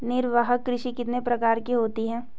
निर्वाह कृषि कितने प्रकार की होती हैं?